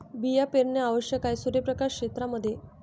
बिया पेरणे आवश्यक आहे सूर्यप्रकाश क्षेत्रां मध्ये